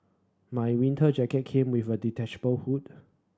my winter jacket came with a detachable hood